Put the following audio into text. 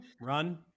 Run